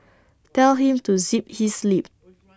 tell him to zip his lip